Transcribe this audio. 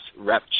rep